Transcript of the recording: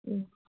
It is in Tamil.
ம்